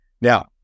Now